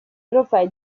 europei